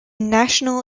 national